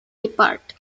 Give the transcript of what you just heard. depart